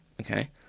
okay